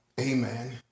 Amen